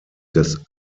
des